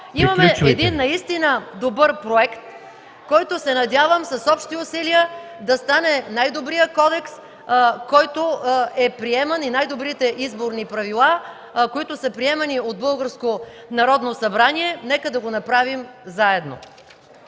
Имаме един наистина добър проект, който се надявам с общи усилия да стане най-добрият Кодекс, който е приеман, и най-добрите изборни правила, които са приемани от българско Народно